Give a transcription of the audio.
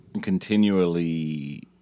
continually